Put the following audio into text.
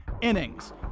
innings